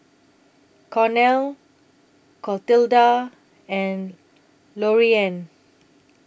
Cornel Clotilda and Loriann